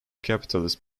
capitalist